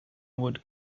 would